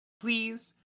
Please